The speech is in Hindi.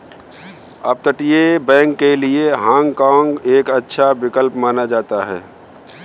अपतटीय बैंक के लिए हाँग काँग एक अच्छा विकल्प माना जाता है